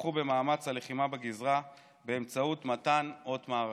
שתמכו במאמץ הלחימה בגזרה באמצעות מתן אות מערכה.